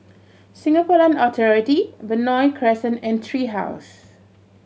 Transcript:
Singapore Land Authority Benoi Crescent and Tree House